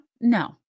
No